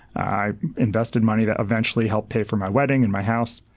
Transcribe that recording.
i invested money that eventually helped pay for my wedding and my house.